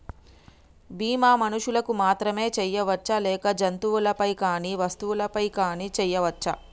బీమా మనుషులకు మాత్రమే చెయ్యవచ్చా లేక జంతువులపై కానీ వస్తువులపై కూడా చేయ వచ్చా?